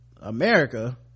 america